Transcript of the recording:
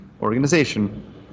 organization